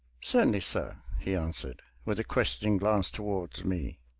certainly, sir, he answered, with a questioning glance toward me.